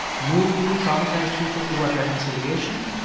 move two traumatized people towards reconciliation,